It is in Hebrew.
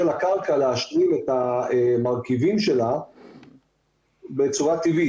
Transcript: לקרקע להשלים את המרכיבים שלה בצורה טבעית.